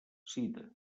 sida